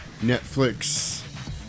Netflix